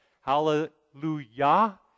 hallelujah